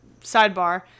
sidebar-